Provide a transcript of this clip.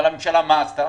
אבל הממשלה מה עשתה?